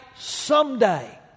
someday